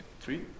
Three